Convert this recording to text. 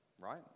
right